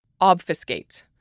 Obfuscate